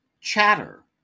Chatter